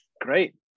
Great